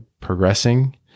progressing